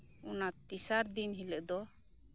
ᱚᱱᱟ ᱛᱮᱥᱟᱨ ᱫᱤᱱ ᱦᱤᱞᱟᱹᱜ ᱫᱚ